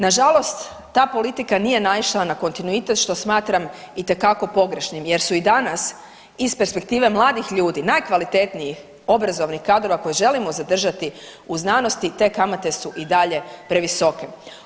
Nažalost, ta politika nije naišla na kontinuitet što smatram itekako pogrešnim jer su i danas iz perspektive mladih ljudi najkvalitetnijih obrazovnih kadrova koje želimo zadržati u znanosti te kamate su i dalje previsoke.